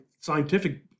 scientific